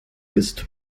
bist